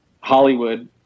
Hollywood